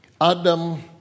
Adam